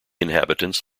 inhabitants